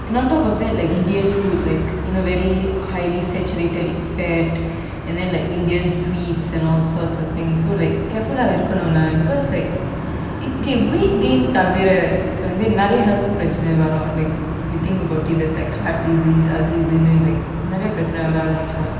and on top of that like indian food like you know very highly saturated in fat and then like indian sweets and all sorts of things so like careful lah இருக்கணும்ல:irukanumla lah because like i~ K weight gain தவிரவந்துநெறயபிரச்னைவரும்:thavira vanthu niraya pirachanai varum like if you think about it there's like heart disease அதுஇதுனு:adhu idhunu like நெறயபிரச்னைவரஆரம்பிச்சிடும்:niraya pirachanai vara arambichirum